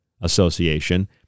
association